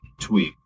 tweet